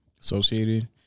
Associated